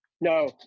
No